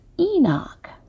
Enoch